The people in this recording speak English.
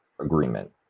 agreement